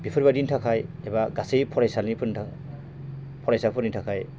बेफोरबादिनि थाखाय एबा गासै फारायसालिनि थाखाय फरायसाफोरनि थाखाय